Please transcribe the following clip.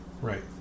Right